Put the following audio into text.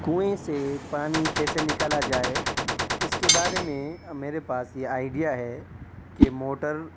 کنویں سے پانی کیسے نکالا جائے اس کے بارے میں میرے پاس یہ آئیڈیا ہے کہ موٹر